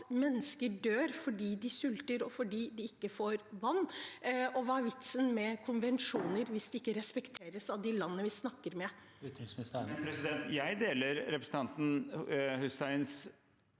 mennesker dør fordi de sulter, og fordi de ikke får vann? Hva er vitsen med konvensjoner hvis de ikke respekteres av de landene vi snakker med?